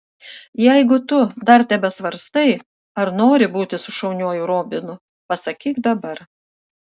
jeigu tu dar tebesvarstai ar nori būti su šauniuoju robinu pasakyk dabar